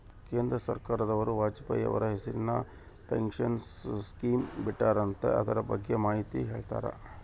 ಕೇಂದ್ರ ಸರ್ಕಾರದವರು ವಾಜಪೇಯಿ ಅವರ ಹೆಸರಿಂದ ಪೆನ್ಶನ್ ಸ್ಕೇಮ್ ಬಿಟ್ಟಾರಂತೆ ಅದರ ಬಗ್ಗೆ ಮಾಹಿತಿ ಹೇಳ್ತೇರಾ?